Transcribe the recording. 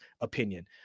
opinion